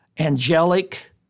Angelic